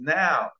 now